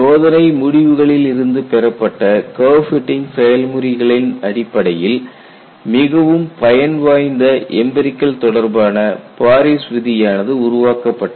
சோதனை முடிவுகளில் இருந்து பெறப்பட்ட கர்வ் பிட்டிங் செயல்முறைகளின் அடிப்படையில் மிகவும் பயன் வாய்ந்த எம்பிரிகல் தொடர்பான பாரிஸ் விதியானது உருவாக்கப்பட்டது